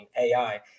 AI